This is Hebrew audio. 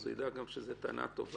אז הוא ידע שזו טענה טובה